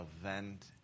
event